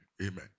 Amen